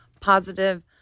positive